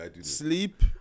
Sleep